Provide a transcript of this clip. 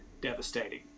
devastating